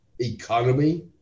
economy